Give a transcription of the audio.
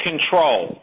Control